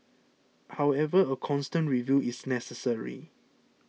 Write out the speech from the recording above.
however a constant review is necessary